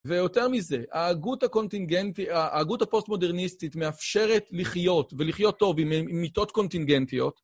ויותר מזה, ההגות הפוסט-מודרניסטית מאפשרת לחיות ולחיות טוב עם מיטות קונטינגנטיות.